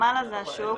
למעלה זה השוק,